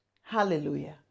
Hallelujah